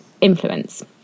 influence